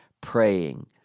praying